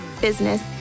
business